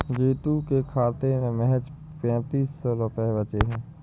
जीतू के खाते में महज पैंतीस सौ रुपए बचे हैं